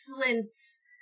excellence